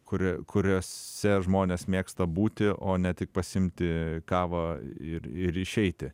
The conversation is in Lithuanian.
kuri kuriuose žmonės mėgsta būti o ne tik pasiimti kavą ir ir išeiti